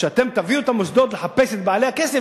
שאתם תביאו את המוסדות לחפש את בעלי הכסף,